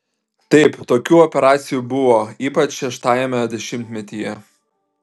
taip tokių operacijų buvo ypač šeštajame dešimtmetyje